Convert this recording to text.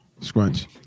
scrunch